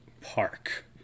Park